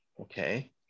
Okay